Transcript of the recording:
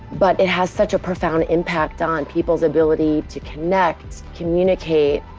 but it has such a profound impact on people's ability to connect, communicate,